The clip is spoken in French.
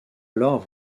alors